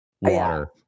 water